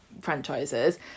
franchises